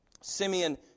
...Simeon